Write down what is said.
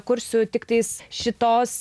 kursiu tiktais šitos